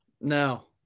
No